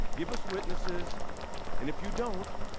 give us witnesses and if you don't,